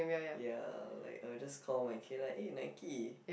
ya like I'll just call my kid like eh Nike